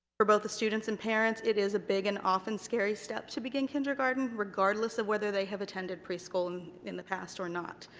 for both the students and parents it is a big and often scary step to begin kindergarten, regardless of whether they have attended preschool in the past or not.